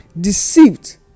deceived